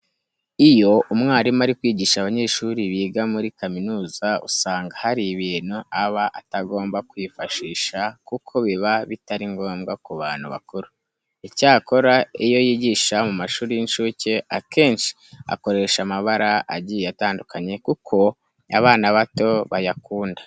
Iyo umwarimu ari kwigisha abanyeshuri biga muri kaminuza usanga hari ibintu aba atagomba kwifashisha kuko biba bitari ngombwa ku bantu bakuru. Icyakora iyo yigisha mu mashuri y'incuke, akenshi akoresha amabara agiye atandukanye kuko abana bato bayakunda.